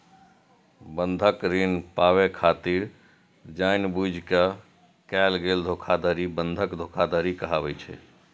बंधक ऋण पाबै खातिर जानि बूझि कें कैल गेल धोखाधड़ी बंधक धोखाधड़ी कहाबै छै